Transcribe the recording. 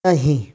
नहीं